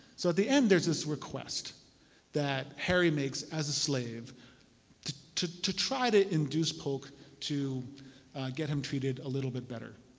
so at the end there's this request that harry makes as a slave to to try to induce polk to get him treated a little bit better.